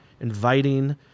inviting